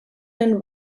and